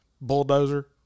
bulldozer